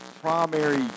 primary